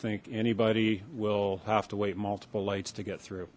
think anybody will have to wait multiple lights to get through